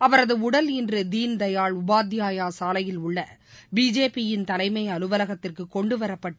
அவரது உடல் இன்று தீன்தயாள் உபாத்தியாயா சாலையில் உள்ள பிஜேபி யின் தலைமை அலுவலகத்திற்கு கொண்டுவரப்பட்டு